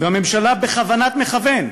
והממשלה בכוונת מכוון,